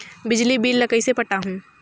बिजली बिल ल कइसे पटाहूं?